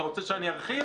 אתה רוצה שאני ארחיב?